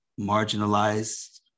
marginalized